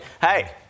hey